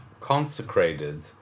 consecrated